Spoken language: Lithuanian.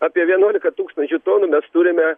apie vienuolika tūkstančių tonų mes turime